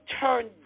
turn